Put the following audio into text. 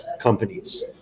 companies